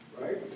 right